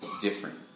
different